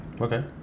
Okay